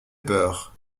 peur